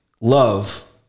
love